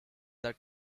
that